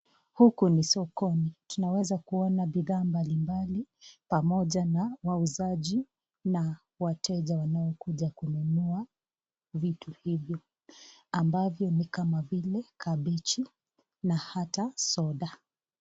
Huku ni sokoni. Tunaweza kuona bidhaa mbalimbali pamoja na wauzaji na wateja wanaokuja kununua vitu hivyo ambavyo ni kama vile kabechi na hata soda.